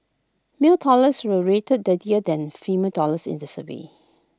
male toilets were rated dirtier than female toilets in the survey